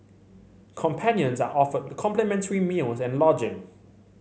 companions are offered complimentary meals and lodging